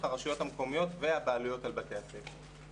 הרשויות המקומיות והבעלויות על בתי הספר.